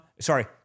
sorry